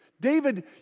David